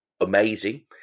Amazing